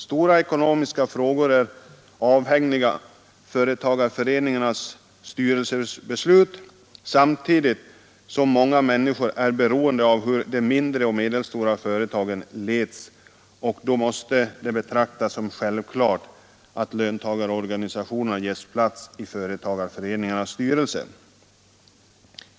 Stora ekonomiska frågor är avhängiga de beslut som fattas av företagarföreningarnas styrelser, samtidigt som många människor är beroende av hur de mindre och medelstora företagen leds. Då måste det betraktas som självklart att löntagarorganisationerna ges plats i företagarföreningarnas styrelser.